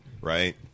right